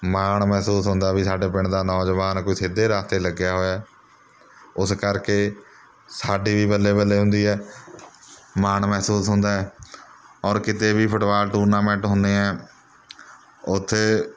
ਮਾਣ ਮਹਿਸੂਸ ਹੁੰਦਾ ਵੀ ਸਾਡੇ ਪਿੰਡ ਦਾ ਨੌਜਵਾਨ ਕੋਈ ਸਿੱਧੇ ਰਸਤੇ ਲੱਗਿਆ ਹੋਇਆ ਉਸ ਕਰਕੇ ਸਾਡੀ ਵੀ ਬੱਲੇ ਬੱਲੇ ਹੁੰਦੀ ਹੈ ਮਾਣ ਮਹਿਸੂਸ ਹੁੰਦਾ ਔਰ ਕਿਤੇ ਵੀ ਫੁੱਟਬਾਲ ਟੂਰਨਾਮੈਂਟ ਹੁੰਦੇ ਆ ਉੱਥੇ